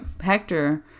Hector